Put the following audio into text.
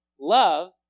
Love